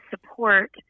support